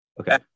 Okay